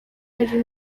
hari